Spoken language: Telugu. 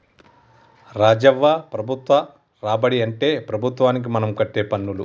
రాజవ్వ ప్రభుత్వ రాబడి అంటే ప్రభుత్వానికి మనం కట్టే పన్నులు